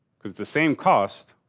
because it's the same cost,